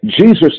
Jesus